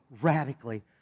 radically